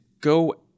go